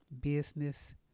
business